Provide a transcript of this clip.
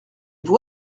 vous